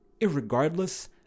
irregardless